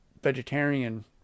vegetarian